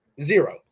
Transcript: zero